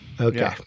Okay